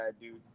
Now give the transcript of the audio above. dude